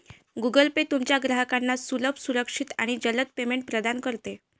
Google Pay तुमच्या ग्राहकांना सुलभ, सुरक्षित आणि जलद पेमेंट प्रदान करते